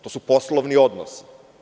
To su poslovni odnosi.